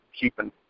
keeping